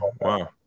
Wow